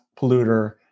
polluter